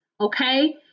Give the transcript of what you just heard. okay